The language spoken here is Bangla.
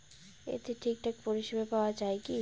এতে ঠিকঠাক পরিষেবা পাওয়া য়ায় কি?